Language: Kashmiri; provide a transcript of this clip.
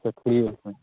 اَچھا ٹھیٖک وۅنۍ